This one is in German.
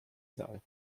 saal